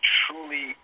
truly